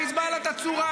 לחיזבאללה את הצורה,